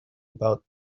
about